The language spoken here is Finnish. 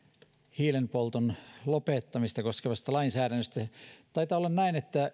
hiilenpolton lopettamista koskevasta lainsäädännöstä taitaa olla näin että